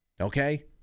okay